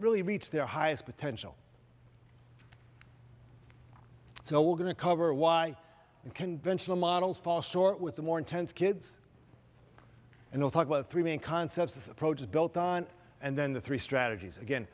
really reach their highest potential so we're going to cover why conventional models fall short with the more intense kids and we'll talk about three main concepts this approach is built on and then the three strategies again